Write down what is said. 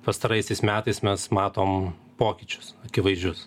pastaraisiais metais mes matom pokyčius akivaizdžius